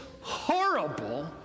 horrible